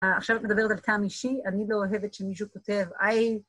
עכשיו את מדברת על טעם אישי, אני לא אוהבת שמישהו כותב...